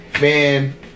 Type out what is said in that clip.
Man